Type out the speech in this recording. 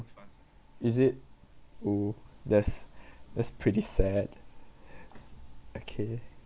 is it oh that's that's pretty sad okay